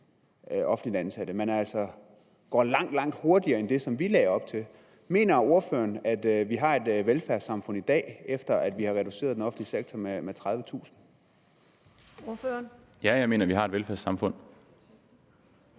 offentligt ansatte. Man går altså langt, langt hurtigere frem end det, vi lagde op til. Mener ordføreren, at vi har et velfærdssamfund i dag, efter at vi har reduceret den offentlige sektor med 30.000 ansatte? Kl. 14:40 Den fg. formand